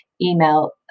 email